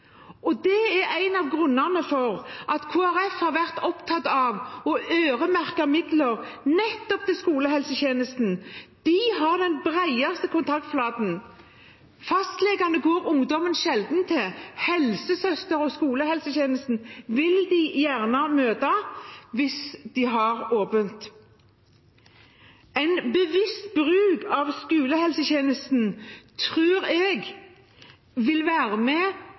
mest. Det er en av grunnene til at Kristelig Folkeparti har vært opptatt av å øremerke midler nettopp til skolehelsetjenesten. De har den bredeste kontaktflaten. Fastlegene går ungdommene sjelden til. Helsesøster og skolehelsetjenesten vil de gjerne møte hvis de har åpent. En bevisst bruk av skolehelsetjenesten tror jeg vil være med